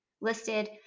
listed